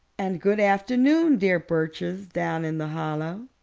and good afternoon dear birches down in the hollow.